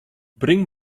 bring